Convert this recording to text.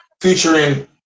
featuring